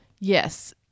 Yes